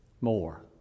more